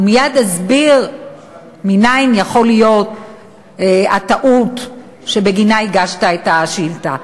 ומייד אסביר מנין יכולה לנבוע הטעות שבגינה הגשת את השאילתה.